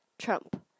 Trump